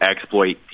exploit